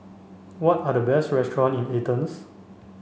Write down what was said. what are the best restaurant in Athens